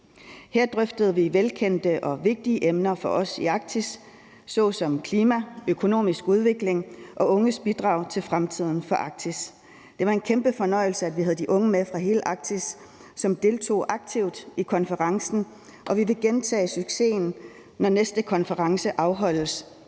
Her drøftede vi velkendte og vigtige emner for os i Arktis såsom klima, økonomisk udvikling og unges bidrag til fremtiden for Arktis. Det var en kæmpe fornøjelse, at vi havde de unge med fra hele Arktis, som deltog aktivt i konferencen, og vi vil gentage succesen, når næste konference afholdes